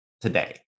today